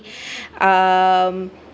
um